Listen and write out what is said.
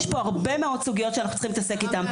יש פה הרבה מאוד סוגיות שאנחנו צריכים להתעסק איתן.